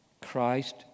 Christ